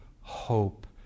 hope